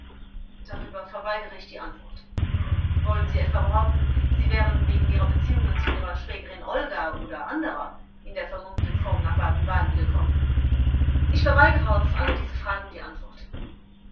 darüber verweigere ich die antwort vors wollen sie etwa behaupten sie wären wegen ihrer beziehungen zu ihrer schwägerin olga oder anderer in der vermummten form nach baden-baden gekommen angekl ich verweigere auf alle diese fragen die antwort